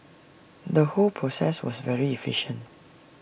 the whole process was very efficient